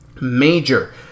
Major